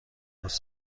قرص